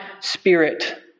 spirit